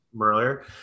earlier